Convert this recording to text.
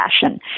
fashion